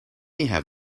have